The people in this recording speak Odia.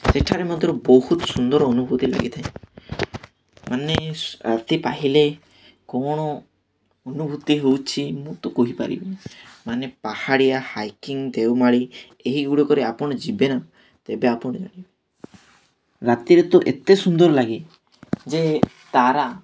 ସେଠାରେ ମାତ୍ର ବହୁତ ସୁନ୍ଦର ଅନୁଭୂତି ଲାଗିଥାଏ ମାନେ ରାତି ପାହିଲେ କ'ଣ ଅନୁଭୂତି ହେଉଛି ମୁଁ ତ କହିପାରିବିନି ମାନେ ପାହାଡ଼ିଆ ହାଇକିଂ ଦେଓମାଳି ଏହି ଗୁଡ଼ାକରେ ଆପଣ ଯିବେ ନା ତେବେ ଆପଣ ଜାଣିବେ ରାତିରେ ତ ଏତେ ସୁନ୍ଦର ଲାଗେ ଯେ ତାରା